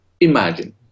Imagine